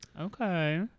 Okay